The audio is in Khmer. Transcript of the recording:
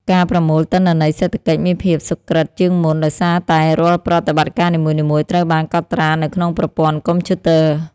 ការប្រមូលទិន្នន័យសេដ្ឋកិច្ចមានភាពសុក្រឹតជាងមុនដោយសារតែរាល់ប្រតិបត្តិការនីមួយៗត្រូវបានកត់ត្រានៅក្នុងប្រព័ន្ធកុំព្យូទ័រ។